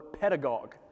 pedagogue